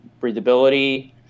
breathability